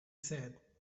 said